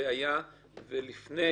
היה ולפני